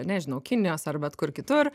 nežinau kinijos ar bet kur kitur